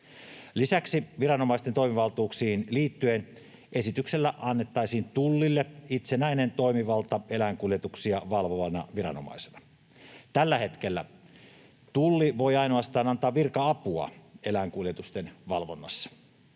Lisäksi viranomaisten toimivaltuuksiin liittyen esityksellä annettaisiin Tullille itsenäinen toimivalta eläinkuljetuksia valvovana viranomaisena. Tällä hetkellä Tulli voi ainoastaan antaa virka-apua eläinkuljetusten valvonnassa.